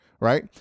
Right